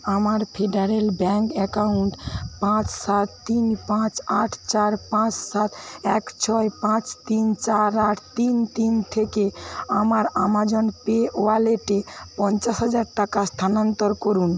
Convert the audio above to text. আমার Federal Bank account পাঁচ সাত তিন পাঁচ আট চার পাঁচ সাত এক ছয় পাঁচ তিন চার আট তিন তিন থেকে আমার আমাজন পে ওয়ালেটে পঞ্চাশ হাজার টাকা স্থানান্তর করুন